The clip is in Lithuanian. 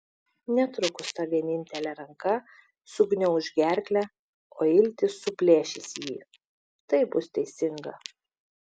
netrukus ta vienintelė ranka sugniauš gerklę o iltys suplėšys jį taip bus teisinga